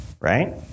right